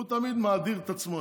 הוא תמיד מאדיר את עצמו.